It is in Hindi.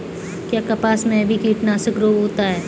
क्या कपास में भी कीटनाशक रोग होता है?